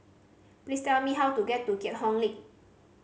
please tell me how to get to Keat Hong Link